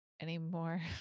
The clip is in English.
anymore